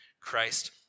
Christ